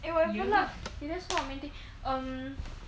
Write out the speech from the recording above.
eh we are gonna can just stop the meeting um